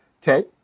Ted